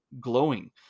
glowing